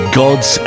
gods